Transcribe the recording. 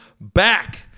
Back